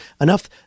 enough